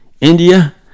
India